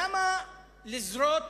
למה לזרות